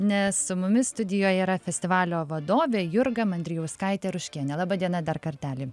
nes su mumis studijoje yra festivalio vadovė jurga mandrijauskaitė ruškienė laba diena dar kartelį